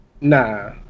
Nah